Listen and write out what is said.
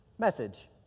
Message